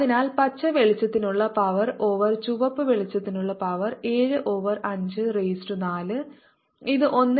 അതിനാൽ പച്ച വെളിച്ചത്തിനുള്ള പവർ ഓവർ ചുവപ്പ് വെളിച്ചത്തിനുള്ള പവർ 7 ഓവർ 5 റൈസ് ടു 4 ഇത് 1